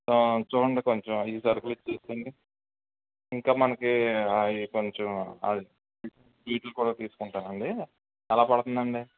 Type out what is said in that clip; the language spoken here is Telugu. చూడండి కొంచెం ఈ సరుకులు ఇవ్వండి ఇంకా మనకి అవి కొంచెం స్వీట్లు కూడా తీసుకుంటాను అండి ఎలా పడుతుంది అండి